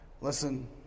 Listen